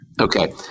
Okay